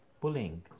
pulling